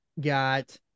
got